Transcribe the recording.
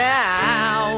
now